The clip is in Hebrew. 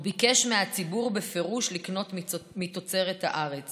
הוא ביקש מהציבור בפירוש לקנות מתוצרת הארץ